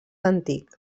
antic